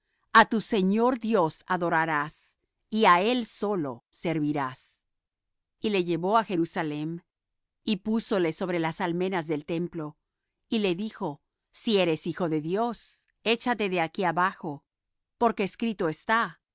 a tu señor dios adorarás y á él solo servirás y le llevó á jerusalem y púsole sobre las almenas del templo y le dijo si eres hijo de dios échate de aquí abajo porque escrito está